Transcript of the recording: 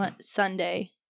Sunday